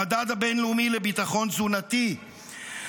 המדד הבין-לאומי לביטחון תזונתי.